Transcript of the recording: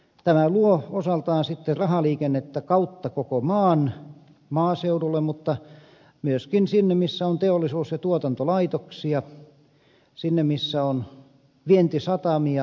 tämä luo osaltaan sitten rahaliikennettä kautta koko maan maaseudulle mutta myöskin sinne missä on teollisuus ja tuotantolaitoksia sinne missä on vientisatamia ulkomaankauppaa